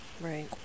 Right